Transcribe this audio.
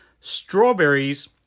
strawberries